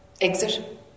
exit